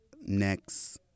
next